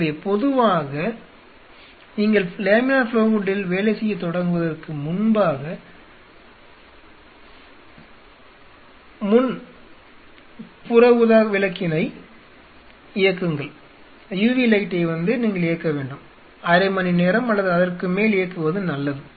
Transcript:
எனவே பொதுவாக நீங்கள் லேமினார் ஃப்ளோ ஹூட்டில் வேலை செய்யத் தொடங்குவதற்கு முன்பாக முன் புற ஊதாக்கதிர் விளக்கினை இயக்குங்கள் அரை மணி நேரம் அல்லது அதற்கு மேல் இயக்குவது நல்லது